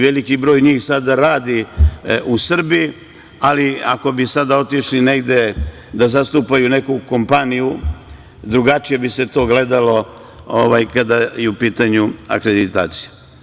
Veliki broj njih sada radi u Srbiji, ali ako bi sada otišli negde da zastupaju neku kompaniju drugačije bi se to gledalo kada je u pitanju akreditaciju.